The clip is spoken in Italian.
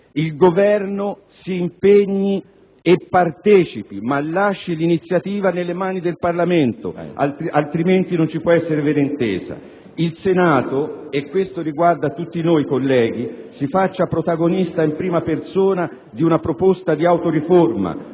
Il Governo si impegni e partecipi, ma lasci l'iniziativa nelle mani del Parlamento, altrimenti non ci può essere vera intesa. Il Senato - e questo riguarda tutti noi, colleghi - si faccia protagonista in prima persona di una proposta di autoriforma,